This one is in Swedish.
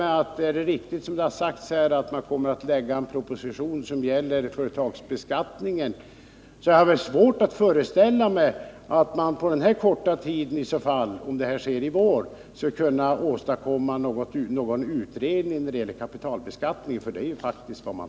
Men om det är riktigt som det har sagts här, att man kommer att lägga fram en proposition som gäller företagsbeskattningen, så har jag svårt att föreställa mig att man på den här korta tiden — om nu detta skall ske under våren — skall kunna åstadkomma någon utredning i fråga om kapitalbeskattningen.